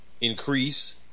increase